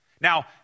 Now